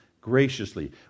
graciously